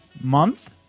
month